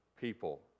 people